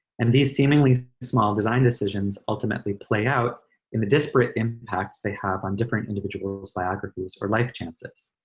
and these seemingly small design decisions ultimately play out in the disparate impacts they have on different individuals, biographies or life chances.